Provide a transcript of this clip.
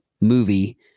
movie